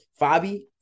Fabi